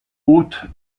hôtes